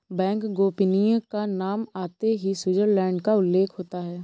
bank गोपनीयता का नाम आते ही स्विटजरलैण्ड का उल्लेख होता हैं